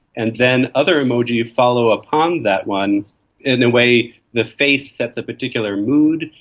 and then other emoji follow upon that one in the way the face sets a particular mood,